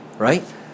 Right